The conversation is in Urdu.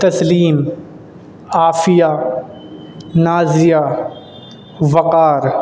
تسلیم عافیہ نازیہ وقار